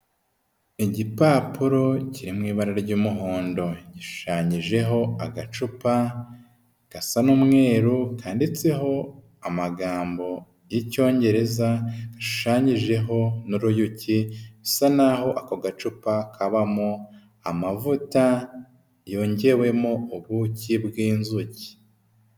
Igipapuro kiri mu ibara ry'umuhondo, gishushanyijeho agacupa gasa n'umweru kandiditseho amagambo y'icyongereza, gashushanyijeho n'uruyuki bisa naho ako gacupa kabamo amavuta yongewemo ubuki bw'inzuki.